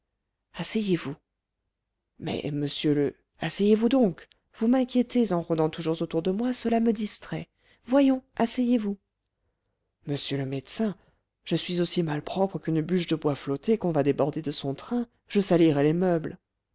asseyez-vous mais monsieur le asseyez-vous donc vous m'inquiétez en rôdant toujours autour de moi cela me distrait voyons asseyez-vous monsieur le médecin je suis aussi malpropre qu'une bûche de bois flottée qu'on va débarder de son train je salirais les meubles